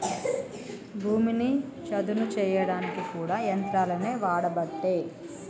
భూమిని చదును చేయడానికి కూడా యంత్రాలనే వాడబట్టే